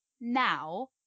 now